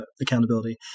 accountability